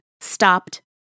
stopped